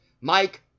Mike